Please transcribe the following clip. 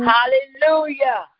Hallelujah